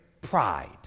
pride